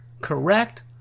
correct